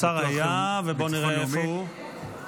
השר היה, ובוא נראה איפה הוא.